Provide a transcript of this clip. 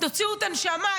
הוציאו את הנשמה,